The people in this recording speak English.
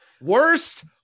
Worst